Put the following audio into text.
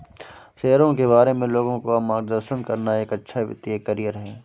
शेयरों के बारे में लोगों का मार्गदर्शन करना एक अच्छा वित्तीय करियर है